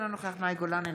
אינו נוכח מאי גולן,